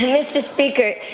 mr. speaker,